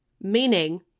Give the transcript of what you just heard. meaning